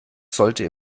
sollte